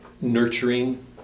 nurturing